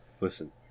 Listen